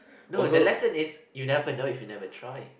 no the lesson is you never know if you never try